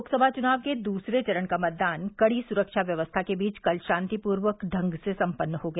लोकसभा चुनाव के दूसरे चरण का मतदान कड़ी सुरक्षा व्यवस्था के बीच कल शांतिपूर्वक ढंग से सम्पन्न हो गया